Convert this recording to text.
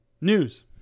News